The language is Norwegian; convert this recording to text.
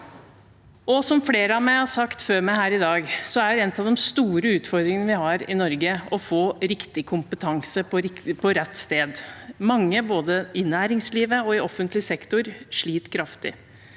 Som flere før meg har sagt her i dag, er en av de store utfordringene vi har i Norge, å få riktig kompetanse på rett sted. Mange, både i næringslivet og i offentlig sektor, sliter kraftig.